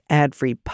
ad-free